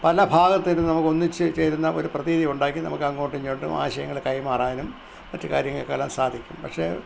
പല ഭാഗത്തിരുന്ന് നമുക്ക് ഒന്നിച്ചു ചേരുന്ന ഒരു പ്രതീതി ഉണ്ടാക്കി നമുക്ക് അങ്ങോട്ടും ഇങ്ങോട്ടും ആശയങ്ങള് കൈമാറാനും മറ്റു കാര്യങ്ങൾക്കെല്ലാം സാധിക്കും പക്ഷെ